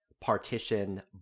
partition